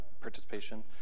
participation